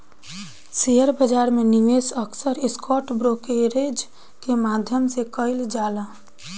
share बाजार में निवेश अक्सर स्टॉक ब्रोकरेज के माध्यम से कईल जाला